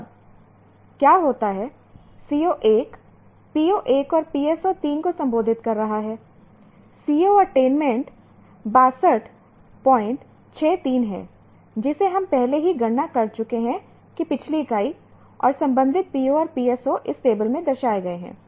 अब क्या होता है CO1 PO1 और PSO3 को संबोधित कर रहा है CO अटेनमेंट 6263 है जिसे हम पहले ही गणना कर चुके हैं कि पिछली इकाई और संबंधित PO और PSO इस टेबल में दर्शाए गए हैं